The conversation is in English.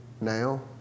now